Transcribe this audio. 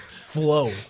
flow